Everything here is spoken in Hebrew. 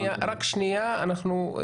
לכולם.